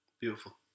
Beautiful